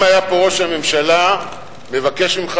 אם היה פה ראש הממשלה הייתי מבקש ממך